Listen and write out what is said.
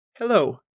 Hello